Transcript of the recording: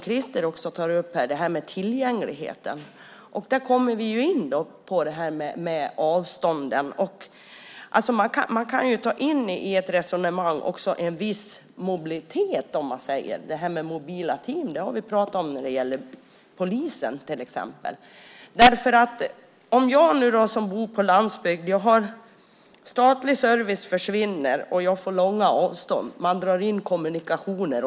Krister tar upp frågan om tillgänglighet. Där kommer vi in på frågan om avstånd. Man kan också ta in en viss mobilitet i resonemanget. Mobila ting har vi pratat om när det gäller polisen till exempel. Jag bor på landsbygden. Statlig service försvinner, och jag får långa avstånd. Man drar in offentliga kommunikationer.